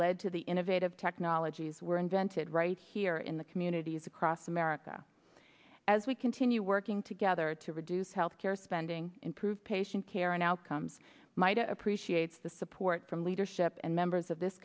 led to the innovative technologies were invented right here in the communities across america as we continue working together to reduce health care spending improve patient care and outcomes might appreciates the support from leadership and members of this